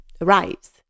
arrives